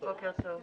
בוקר טוב,